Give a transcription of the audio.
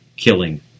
killing